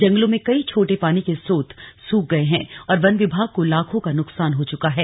जंगलों में कई छोटे पानी के स्रोत सुख गए हैं और वन विभाग को लाखों का नुकसान हो चुका है